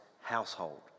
household